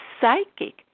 psychic